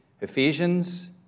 Ephesians